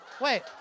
Wait